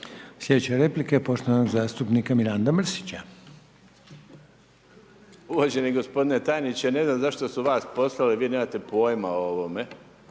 Sljedeće replike poštovanog zastupnika Miranda Mrsića. **Mrsić, Mirando (Demokrati)** Uvaženi gospodine tajniče, ne znam zašto su vas poslali, vi nemate pojma o ovome,